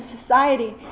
society